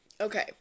Okay